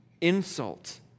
insult